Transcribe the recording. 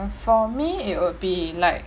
for me it would be like